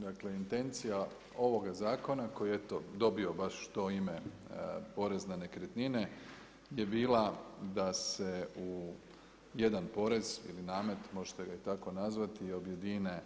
Dakle, intencija ovoga zakona, koji je dobio baš to ime porez na nekretnine, je bila da se u jedan porez ili namet, možete ga i tako nazvati, objedine